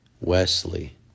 Wesley